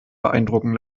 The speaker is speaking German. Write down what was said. beeindrucken